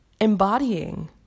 embodying